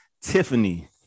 Tiffany